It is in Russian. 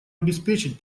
обеспечить